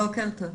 בוקר טוב.